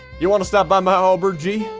you wanna stop by my aubergee?